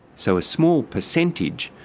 so a small percentage,